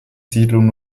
siedlung